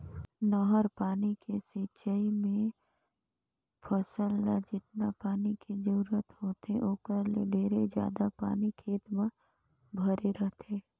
नहर पानी के सिंचई मे फसल ल जेतना पानी के जरूरत होथे ओखर ले ढेरे जादा पानी खेत म भरे रहथे